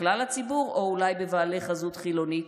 בכלל הציבור או אולי בבעלי חזות חילונית?